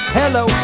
hello